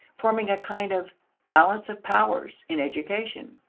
forming a kind of balance of powers in education.